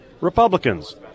Republicans